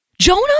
Jonah